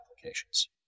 applications